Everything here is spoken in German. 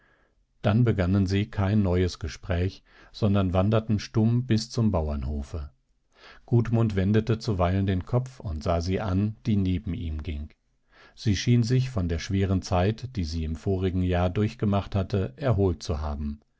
dann begannen sie kein neues gespräch sondern wanderten stumm bis zum bauernhofe gudmund wendete zuweilen den kopf und sah sie an die neben ihm ging sie schien sich von der schweren zeit die sie im vorigen jahr durchgemacht hatte erholt zu haben